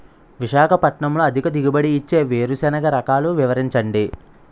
విశాఖపట్నంలో అధిక దిగుబడి ఇచ్చే వేరుసెనగ రకాలు వివరించండి?